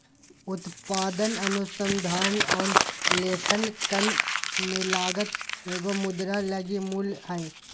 उत्पादन अनुसंधान और लेखांकन में लागत एगो मुद्रा लगी मूल्य हइ